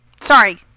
Sorry